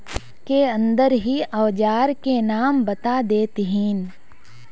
के अंदर ही औजार के नाम बता देतहिन?